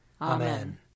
Amen